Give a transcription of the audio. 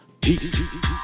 Peace